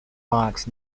parks